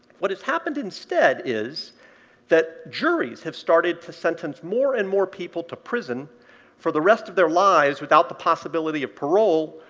what has happened instead is that juries have started to sentence more and more people to prison for the rest of their lives without the possibility of parole,